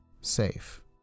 safe